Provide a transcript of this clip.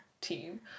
team